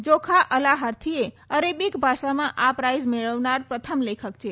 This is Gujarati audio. જોખા અલાહાર્થીએ એરેબિક ભાષામાં આ પ્રાઈઝ મેળવનાર પ્રથમ લેખક છે